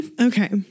Okay